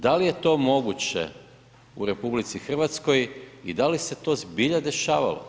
Da li je to moguće u RH i da li se to zbilja dešavalo?